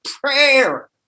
prayer